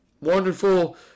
wonderful